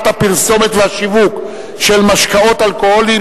הפרסומת והשיווק של משקאות אלכוהוליים,